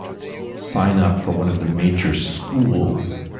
sign up for one of the major schools,